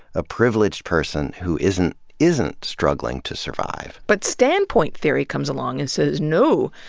a privileged person who isn't isn't struggling to survive. but standpoint theory comes along and says, no,